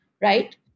right